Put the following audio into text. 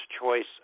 Choice